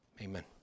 Amen